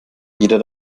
jeder